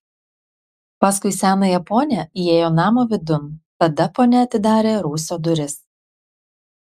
paskui senąją ponią įėjo namo vidun tada ponia atidarė rūsio duris